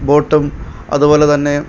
ബോട്ടും അതുപോലെതന്നെ